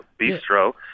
Bistro